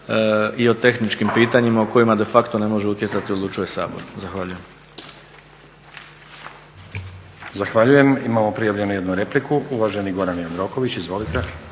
i o tehničkim pitanjima o kojima de facto ne može utjecati odlučuje sabor. Zahvaljujem. **Stazić, Nenad (SDP)** Zahvaljujem. Imamo prijavljenu jednu repliku. Uvaženi Gordan Jandroković, izvolite.